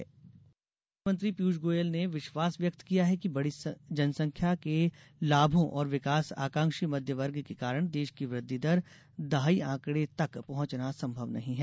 विकास दर केन्द्रीय वित्त मंत्री पीयूष गोयल ने विश्वास व्यक्त किया है कि बड़ी जनसंख्या के लाभों और विकास आकांक्षी मंध्य वर्ग के कारण देश की वृद्धि दर दहाई आंकड़े तक पहुंचना असंभव नहीं है